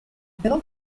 però